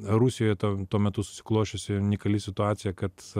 rusijoj tuo metu susiklosčiusi unikali situacija kad